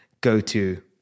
go-to